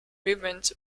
movement